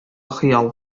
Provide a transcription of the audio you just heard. хыял